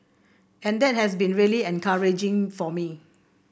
and that has been really encouraging for me